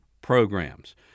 programs